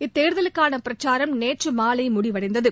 இத்தேர்தலுக்கான பிரச்சாரம் நேற்று மாலை முடிவடைந்தது